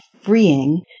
freeing